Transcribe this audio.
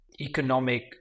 economic